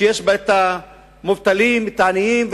שיש בה מובטלים ועניים.